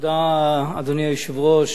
אדוני היושב-ראש,